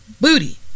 Booty